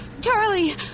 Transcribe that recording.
Charlie